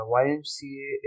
ymca